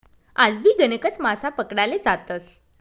आजबी गणकच मासा पकडाले जातस